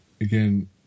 again